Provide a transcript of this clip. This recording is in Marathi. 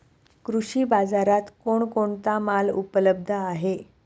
कृषी बाजारात कोण कोणता माल उपलब्ध आहे?